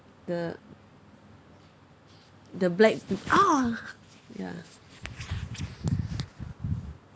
the the black peo~ !ow! ya